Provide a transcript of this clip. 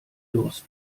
durst